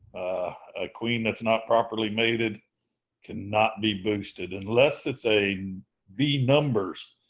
a queen that's not properly mated cannot be boosted unless it's a bee numbers,